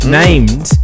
named